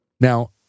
now